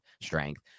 strength